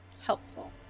helpful